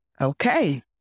Okay